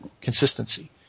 consistency